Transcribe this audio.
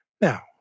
Now